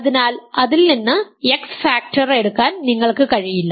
അതിനാൽ അതിൽ നിന്ന് എക്സ് ഫാക്ടർ എടുക്കാൻ നിങ്ങൾക്ക് കഴിയില്ല